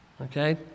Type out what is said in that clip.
Okay